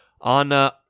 on